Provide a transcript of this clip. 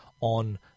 on